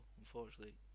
unfortunately